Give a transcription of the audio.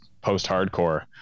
post-hardcore